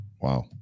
wow